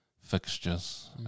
fixtures